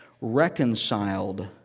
reconciled